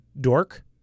dork